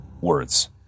words